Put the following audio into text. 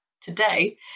today